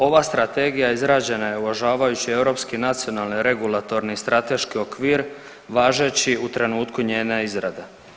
Ova strategija je izrađena uvažavajući europski nacionalni regulatorni strateški okvir važeći u trenutku njene izrade.